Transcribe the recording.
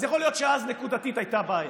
אז יכול להיות שאז נקודתית הייתה בעיה,